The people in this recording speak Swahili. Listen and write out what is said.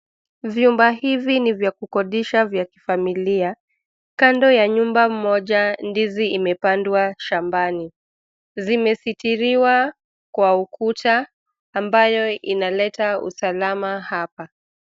Vyumba hivi ni vya kukodisha vya kifamilia, kando ya nyumba moja ndizi imepandwa shambani, zimesitiriwa, kwa ukuta, ambayo inaleta usalama hapa.